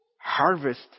harvest